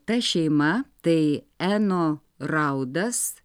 ta šeima tai eno raudas